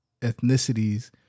ethnicities